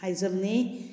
ꯍꯥꯏꯖꯕꯅꯤ